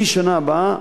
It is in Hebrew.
מהשנה הבאה,